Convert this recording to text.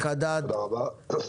בבקשה.